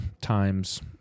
times